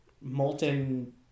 molten